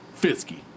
Fisky